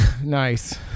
Nice